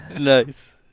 Nice